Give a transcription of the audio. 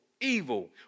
evil